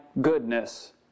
goodness